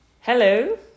Hello